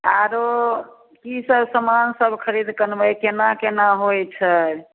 आरो की सब सामान सब खरीद कऽ अनबै केना केना होइ छै